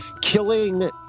killing